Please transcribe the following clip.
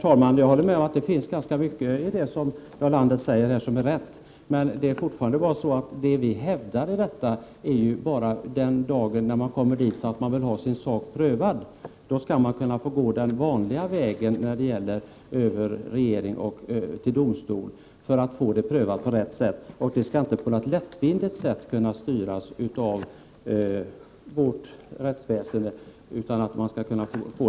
Herr talman! Det ligger mycket i det som Jarl Lander säger. Men vi hävdar fortfarande, att om man vill ha sin sak prövad, skall man få gå den vanliga vägen, över regering och domstol. Det skall inte på ett lättvindigt sätt kunna styras av vårt rättsväsende.